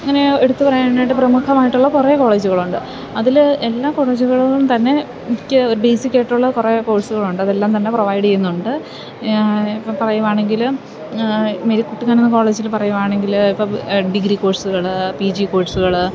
ഇങ്ങനെ എടുത്തു പറയാനായിട്ട് പ്രമുഖമായിട്ടുള്ള കുറെ കോളേജുകളുണ്ട് അതില് എല്ലാ കോളേജുകളും തന്നെ മിക്ക ബേസിക്കായിട്ടുള്ള കുറെ കോഴ്സുകളുണ്ട് അതെല്ലാം തന്നെ പ്രൊവൈഡിയ്യുന്നുണ്ട് ഇപ്പോള് പറയുവാണെങ്കില് മേരി കുട്ടിക്കാനം കോളേജില് പറയുവാണെങ്കില് ഇപ്പോള് ഡിഗ്രി കോഴ്സുകള് പി ജി കോഴ്സുകള്